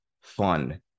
fun